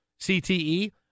CTE